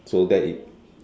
so that is